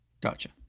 Gotcha